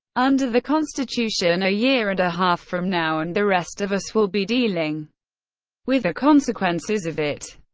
under the constitution, a year and a half from now, and the rest of us will be dealing with the consequences of it.